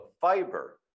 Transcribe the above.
fiber